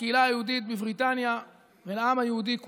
לקהילה היהודית בבריטניה ולעם היהודי כולו,